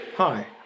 Hi